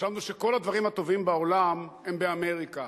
חשבנו שכל הדברים הטובים בעולם הם באמריקה.